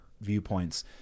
viewpoints